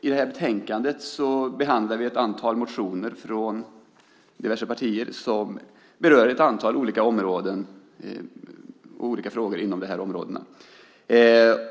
I detta betänkande behandlar vi ett antal motioner från diverse partier som berör ett antal olika frågor inom de här områdena.